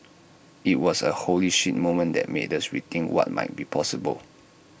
IT was A holy shit moment that made us rethink what might be possible